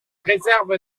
réserve